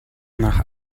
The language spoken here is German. nach